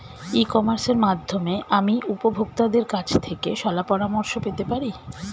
ই কমার্সের মাধ্যমে আমি উপভোগতাদের কাছ থেকে শলাপরামর্শ পেতে পারি?